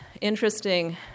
interesting